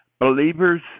Believers